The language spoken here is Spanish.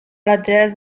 lateral